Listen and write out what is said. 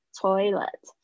toilet 。